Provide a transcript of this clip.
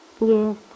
Yes